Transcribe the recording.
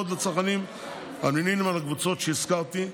לצרכנים שנמנים עם הקבוצות שהזכרתי,